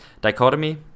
dichotomy